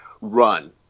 run